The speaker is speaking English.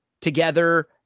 together